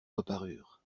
reparurent